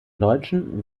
deutschen